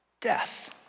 Death